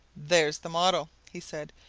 there's the motto, he said.